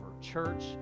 Church